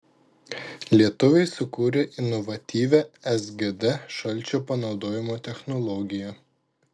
lietuviai sukūrė inovatyvią sgd šalčio panaudojimo technologiją